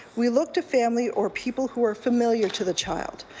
we look to family or people who are familiar to the child.